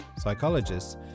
psychologists